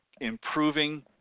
improving